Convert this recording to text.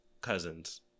cousins